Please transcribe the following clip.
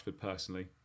personally